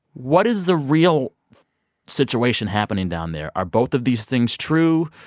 what is the real situation happening down there? are both of these things true?